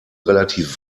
relativ